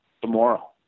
tomorrow